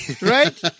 Right